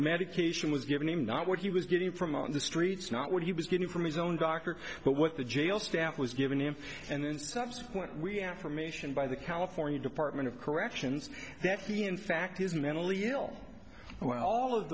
medication was given him not what he was getting from on the streets not what he was getting from his own doctor but what the jail staff was given him and then subsequent we affirmation by the california department of corrections that he in fact is mentally ill well